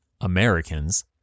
Americans